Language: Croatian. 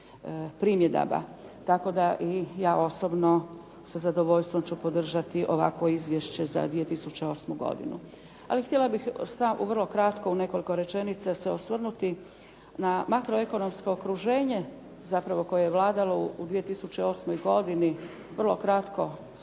Tako da i ja osobno sa zadovoljstvom ću podržati ovakvo izvješće za 2008. godinu. Ali htjela bih vrlo kratko u nekoliko rečenica se osvrnuti na makroekonomsko okruženje zapravo koje je vladalo u 2008. godini, vrlo kratko svjetsko